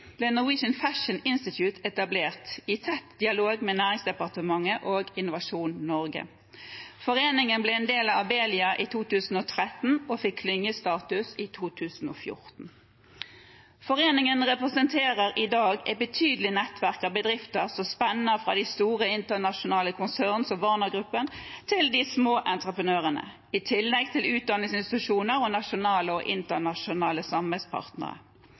ble Norwegian Fashion Institute etablert, i tett dialog med Nærings- og handelsdepartementet og Innovasjon Norge. Foreningen ble en del av Abelia i 2013 og fikk klyngestatus i 2014. Foreningen representerer i dag et betydelig nettverk av bedrifter, som spenner fra store internasjonale konsern som Varner-gruppen, til små entreprenører, i tillegg til utdanningsinstitusjoner og nasjonale og internasjonale samarbeidspartnere.